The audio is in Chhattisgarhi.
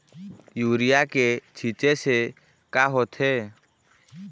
यूरिया के छींचे से का होथे?